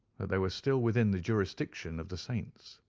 that they were still within the jurisdiction of the saints.